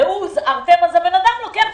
אז האדם לוקח בחשבון.